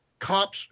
cops